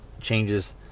changes